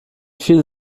viel